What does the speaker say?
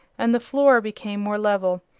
and the floor became more level.